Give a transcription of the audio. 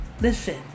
Listen